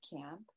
camp